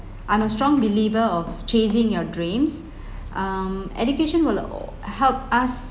I'm a strong believer of chasing your dreams um education will help us